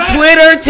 Twitter